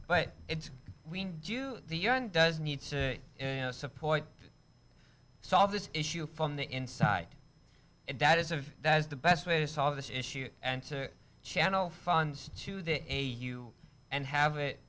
but it's we do the un does need to support solve this issue from the inside and that is a that's the best way to solve this issue and to channel funds to the a you and have it